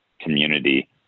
community